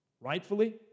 rightfully